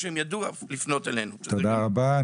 תודה רבה.